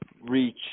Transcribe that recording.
reach